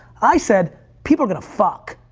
i said people are gonna fuck,